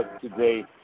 today